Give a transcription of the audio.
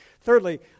Thirdly